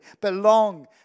Belong